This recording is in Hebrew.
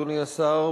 אדוני השר,